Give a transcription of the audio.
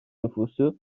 nüfusu